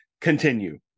continue